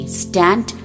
stand